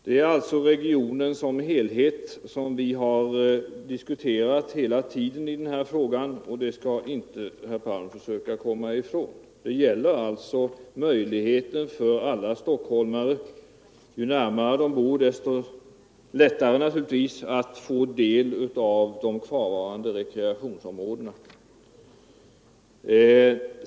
Det är regionen som helhet som vi hela tiden har diskuterat i denna fråga —- det kan herr Palm inte komma ifrån. Det gäller här alla stockholmares möjlighet — ju närmare de bor desto större är den möjligheten naturligtvis — att få del av de kvarvarande rekreationsområdena.